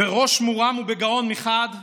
בראש מורם ובגאון מחד גיסא,